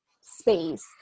space